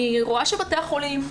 אני רואה שבתי החולים,